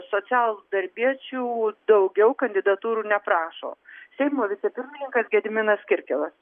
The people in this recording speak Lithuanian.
socialdarbiečių daugiau kandidatūrų neprašo seimo vicepirmininkas gediminas kirkilas